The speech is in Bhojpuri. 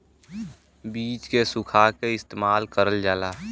बीज के सुखा के इस्तेमाल करल जाला